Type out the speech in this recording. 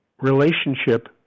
relationship